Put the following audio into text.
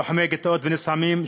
לוחמי-הגטאות ונס-עמים,